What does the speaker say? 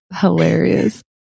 hilarious